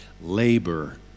labor